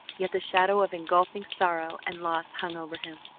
yet the shadow of engulfing sorrow and loss hung over him.